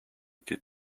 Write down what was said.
did